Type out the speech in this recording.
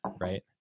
right